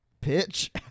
pitch